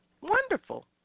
wonderful